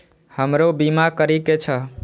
हमरो बीमा करीके छः?